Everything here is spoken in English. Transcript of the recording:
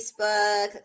Facebook